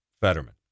Fetterman